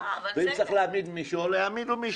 ואם צריך להעמיד מישהו אז להעמיד מישהו.